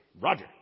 Roger